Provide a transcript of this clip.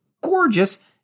gorgeous